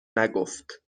نگفت